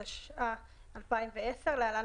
התשע"א 2010 (להלן,